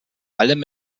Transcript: allem